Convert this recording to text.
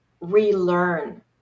relearn